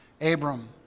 Abram